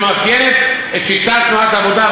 שמאפיינת את שיטת תנועת העבודה,